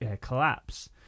collapse